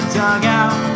dugout